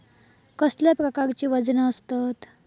कसल्या प्रकारची वजना आसतत?